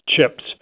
chips